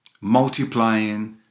multiplying